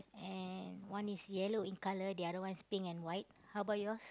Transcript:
and one is yellow in colour the other one is pink and white how about yours